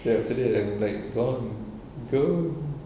then after that I'm like gone go